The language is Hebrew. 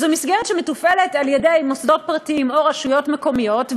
זו מסגרת שמתופעלת על-ידי מוסדות פרטיים או רשויות מקומיות,